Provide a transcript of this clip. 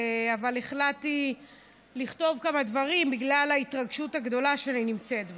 אבל החלטתי לכתוב כמה דברים בגלל ההתרגשות הגדולה שאני נמצאת בה.